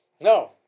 No